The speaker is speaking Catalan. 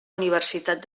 universitat